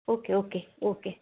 okay okay okay